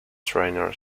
trainer